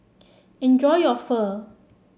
enjoy your Pho